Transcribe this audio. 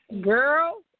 Girl